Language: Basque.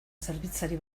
zerbitzari